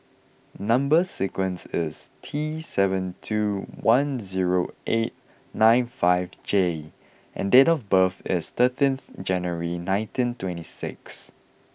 number sequence is T seven two one zero eight nine five J and date of birth is thirteen January nineteen twenty six